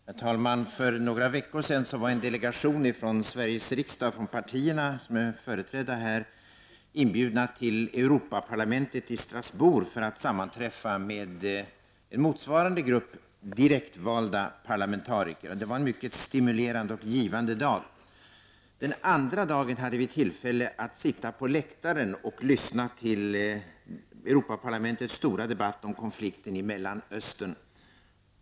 Herr talman! För några veckor sedan var en delegation från de partier som är företrädda här i riksdagen inbjudna till Europaparlamentet i Strasbourg för att sammanträffa med motsvarande grupp direktvalda parlamentariker. Det var en mycket stimulerande och givande dag. Den andra dagen hade vi tillfälle att sitta på läktaren och lyssna till Europaparlamentets stora debatt om konflikten i Mellanöstern.